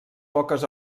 poques